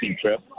trip